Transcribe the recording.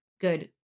good